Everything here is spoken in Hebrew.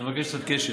אני מבקש קצת קשב.